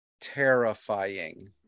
terrifying